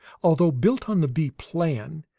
although built on the bee plan,